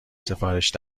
سفارش